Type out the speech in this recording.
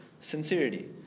Sincerity